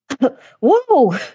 whoa